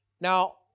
Now